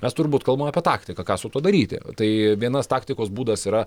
mes turbūt kalbame apie taktiką ką su tuo daryti tai vienas taktikos būdas yra